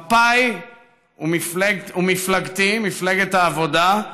מפא"י ומפלגתי, מפלגת העבודה,